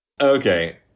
Okay